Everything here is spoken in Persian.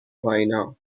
پایینها